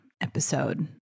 episode